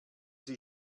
sie